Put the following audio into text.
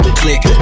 click